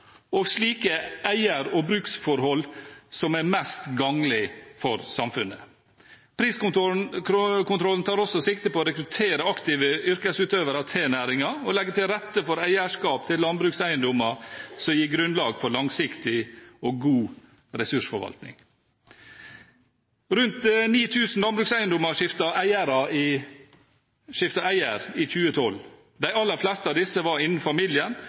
og slike eier- og bruksforhold som er mest gagnlige for samfunnet. Priskontrollen tar også sikte på å rekruttere aktive yrkesutøvere til næringen og legge til rette for eierskap til landbrukseiendommer som gir grunnlag for langsiktig og god ressursforvaltning. Rundt 9 000 landbrukseiendommer skiftet eier i 2012. De aller fleste av disse var innen familien